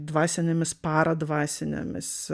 dvasinėmis paradvasinėmis